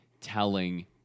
telling